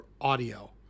audio